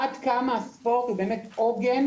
עד כמה הספורט הוא באמת עוגן,